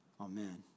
Amen